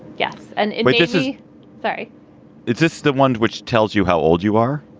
yes and this is very it's it's the one which tells you how old you are.